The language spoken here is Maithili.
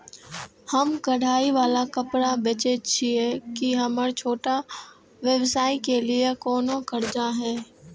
हम कढ़ाई वाला कपड़ा बेचय छिये, की हमर छोटा व्यवसाय के लिये कोनो कर्जा है?